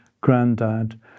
granddad